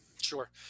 Sure